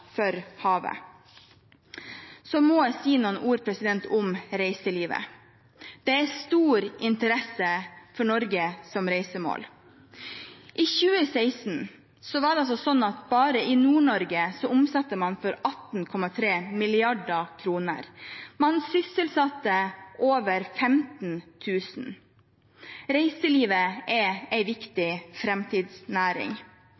havet. Så må jeg si noen ord om reiselivet. Det er stor interesse for Norge som reisemål. I 2016 omsatte man for 18,3 mrd. kr bare i Nord-Norge. Man sysselsatte over 15 000. Reiselivet er